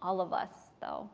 all of us, though.